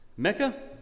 Mecca